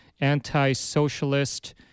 anti-socialist